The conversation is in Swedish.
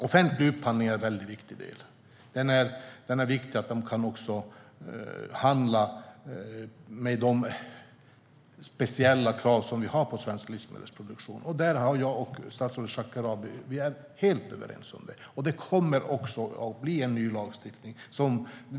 Offentlig upphandling är en mycket viktig del. Den är viktig så att man också kan handla med de speciella krav som vi har på svensk livsmedelsproduktion. Jag och statsrådet Shekarabi är helt överens om det. Det kommer att bli en ny lagstiftning.